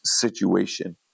situation